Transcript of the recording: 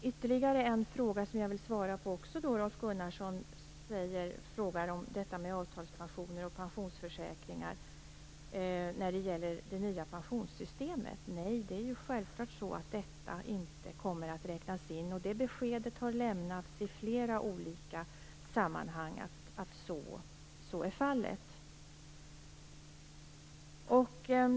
Ytterligare en fråga som Rolf Gunnarsson ställer och som jag vill svara på gäller avtalspensioner och pensionsförsäkringar beträffande det nya pensionssystemet. Nej, det är självklart så att detta inte kommer att räknas in. Det beskedet har lämnats i flera olika sammanhang.